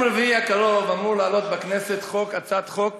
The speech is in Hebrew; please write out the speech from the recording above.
רביעי הקרוב אמורה לעלות בכנסת הצעת חוק